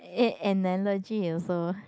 a~ analogy also